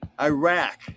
Iraq